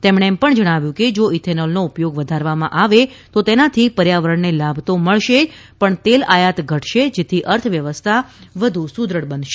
તેમણે એમ પણ જણાવ્યું કે જો ઇથેનોલનો ઉપયોગ વધારવામાં આવે તો તેનાથી પર્યાવરણને લાભ તો મળશે પણ તેલ આયાત ઘટશે જેથી અર્થવ્યવસ્થા વધુ સુદ્રદે બનશે